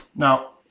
now,